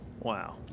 wow